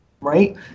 right